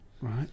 Right